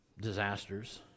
disasters